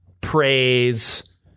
praise